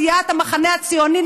מסיעת המחנה הציוני,